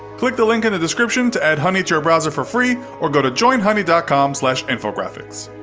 click the link in the description to add honey to your browser for free, or go to join honey dot com slash infographics.